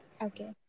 Okay